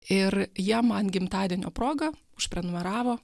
ir jie man gimtadienio proga užprenumeravo